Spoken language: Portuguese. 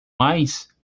mais